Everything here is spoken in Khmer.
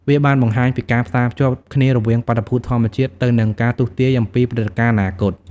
វាបានបង្ហាញពីការផ្សារភ្ជាប់គ្នារវាងបាតុភូតធម្មជាតិ ទៅនឹងការទស្សន៍ទាយអំពីព្រឹត្តិការណ៍អនាគត។